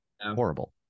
Horrible